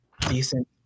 decent